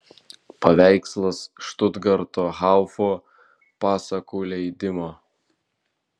paveikslas štutgarto haufo pasakų leidimo